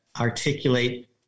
articulate